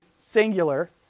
singular